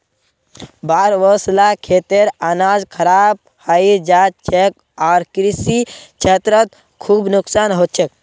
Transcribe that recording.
बाढ़ वस ल खेतेर अनाज खराब हई जा छेक आर कृषि क्षेत्रत खूब नुकसान ह छेक